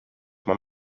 maar